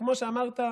כמו שאמרת,